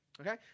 okay